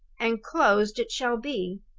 and closed it shall be.